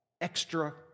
extra